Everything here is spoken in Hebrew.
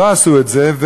לא עשו את זה,